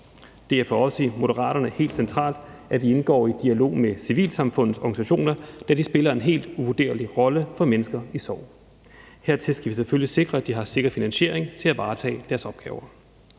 Det er for os i Moderaterne helt centralt, at vi indgår i dialog med civilsamfundets organisationer, da de spiller en helt uvurderlig rolle for mennesker i sorg. Her skal vi selvfølgelig sikre, at de har sikker finansiering til at varetage deres opgaver.